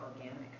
organic